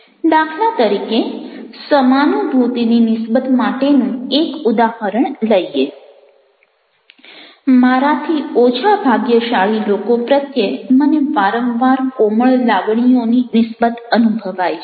દાખલા તરીકે સમાનુભૂતિની નિસ્બત માટેનું એક ઉદાહરણ લઈએ મારાથી ઓછા ભાગ્યશાળી લોકો પ્રત્યે મને વારંવાર કોમળ લાગણીઓની નિસ્બત અનુભવાય છે